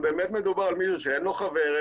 מדובר על מישהו שאין לו חבר,